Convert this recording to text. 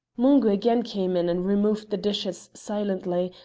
mungo again came in and removed the dishes silently,